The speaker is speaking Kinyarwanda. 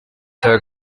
cya